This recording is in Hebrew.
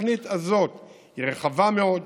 התוכנית הזאת היא רחבה מאוד,